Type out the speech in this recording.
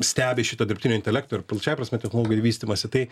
stebi šitą dirbtinio intelekto ir plačiąja prasme technologijų vystymąsi tai